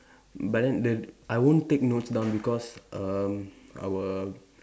but then the I won't take notes down because um our